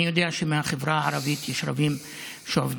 אני יודע שמהחברה הערבית יש עובדים שעובדים